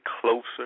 closer